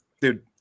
dude